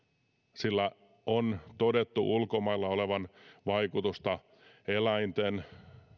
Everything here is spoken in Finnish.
sillä on todettu ulkomailla olevan vaikutusta eläinten